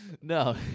No